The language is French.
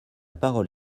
parole